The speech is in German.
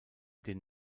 den